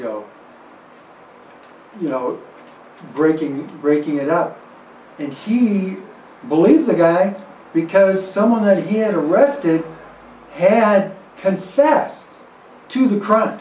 ago you know breaking breaking it up and he believed the guy because someone that he had arrested had and fast to the crime